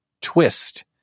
twist